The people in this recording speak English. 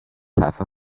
have